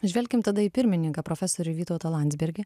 žvelkim tada į pirmininką profesorių vytautą landsbergį